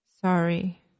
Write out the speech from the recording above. sorry